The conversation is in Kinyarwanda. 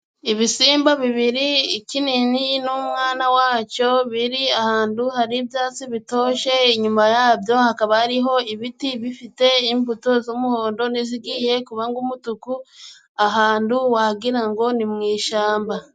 Ibisimba bibiri, ikinini n'umwana wacyo biri ahantu hari ibyatsi bitoshye, inyuma yabyo hakaba hariho ibiti bifite imbuto z'umuhondo, n'izigiye kuba nk'umutuku, ahantu wagira ngo ni mu ishyamba.